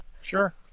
Sure